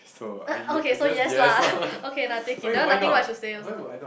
uh okay so yes lah okay now take it that one nothing much to say also